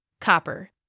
Copper